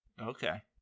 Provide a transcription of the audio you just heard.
Okay